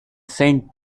saint